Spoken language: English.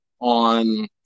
on